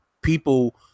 people